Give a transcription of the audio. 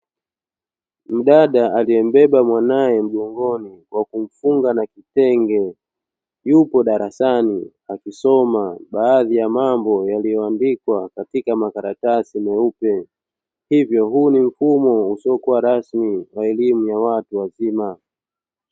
Mdada aliyembeba mwanae mgongoni wa kumfunga na kitenge yupo darasani akisoma baadhi ya mambo yaliyoandikwa katika makaratasi meupe, hivyo huu ni mfumo usiokuwa rasmi wa elimu ya watu wazima.